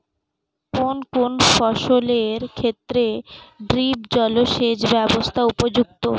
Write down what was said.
কোন কোন ফসলের ক্ষেত্রে ড্রিপ জলসেচ ব্যবস্থা উপযুক্ত?